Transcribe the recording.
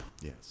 Yes